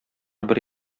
бер